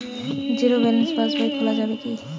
Zero balance পাশ বই খোলা যাবে কি?